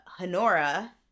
Honora